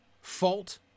Fault